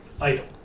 item